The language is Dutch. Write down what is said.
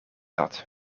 had